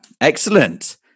Excellent